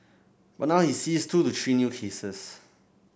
but now he sees two to three new cases